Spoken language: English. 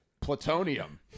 plutonium